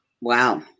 wow